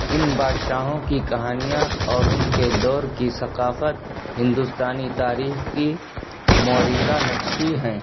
ان بادشاہوں کی کہانیاں اور ان کے دور کی ثقافت ہندوستانی تاریخ کی معرکہ نقشی ہیں